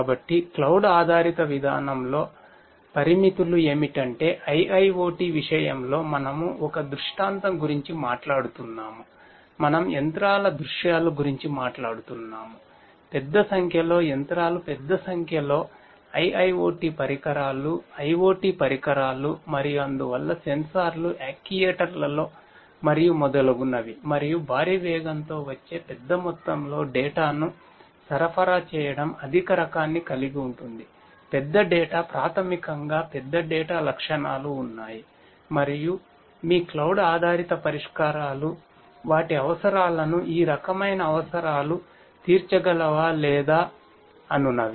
కాబట్టి క్లౌడ్ ఆధారిత పరిష్కారాలు వాటి అవసరాలను ఈ రకమైన అవసరాలు తీర్చగలవా లేదా అనునవి